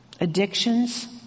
addictions